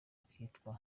akitwa